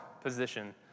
position